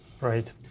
Right